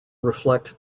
reflect